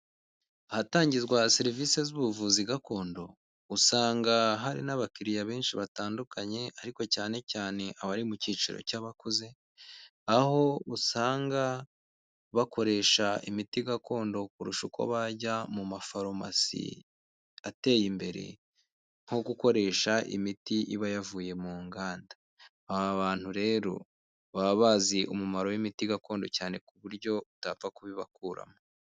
Ahatangirwa serivisi z'ubuvuzi gakondo usanga hari n'abakiriya benshi batandukanye ariko cyane cyane abari mu cyiciro cy'abakuze, aho usanga bakoresha imiti gakondo kurusha uko bajya mu mafarumasi ateye imbere, nko gukoresha imiti iba yavuye mu nganda. Aba bantu rero baba bazi umumaro w'imiti gakondo cyane ku buryo utapfa kubibakuramo.